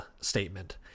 statement